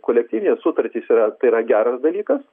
kolektyvinės sutartys yra tai yra geras dalykas